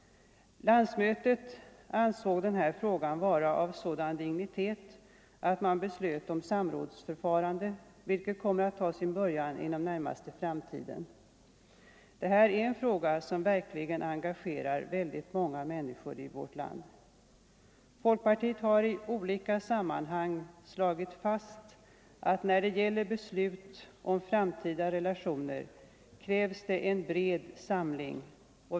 Landsmötet ansåg den här frågan vara av sådan dignitet att det fattade beslut om ett samrådsförfarande, vilket kommer att ta sin början inom den närmaste framtiden. Detta är en fråga som verkligen engagerar väldigt många människor i vårt land. Folkpartiet har i olika sammanhang slagit fast att det, när det gäller beslutet om de framtida relationerna mellan kyrkan och staten, krävs en bred samling.